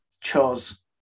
chose